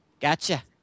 Gotcha